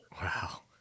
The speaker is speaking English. Wow